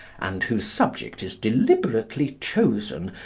and whose subject is deliberately chosen,